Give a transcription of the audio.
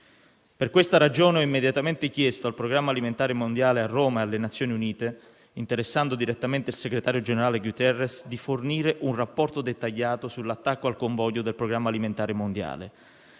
Per questa ragione, ho immediatamente chiesto al PAM a Roma e alle Nazioni Unite, interessando direttamente il segretario generale Guterres, di fornire un rapporto dettagliato sull'attacco al convoglio del Programma alimentare mondiale.